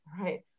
right